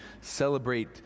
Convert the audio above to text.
celebrate